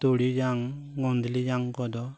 ᱛᱩᱲᱤ ᱡᱟᱝ ᱜᱩᱫᱽᱞᱤ ᱡᱟᱝ ᱠᱚᱫᱚ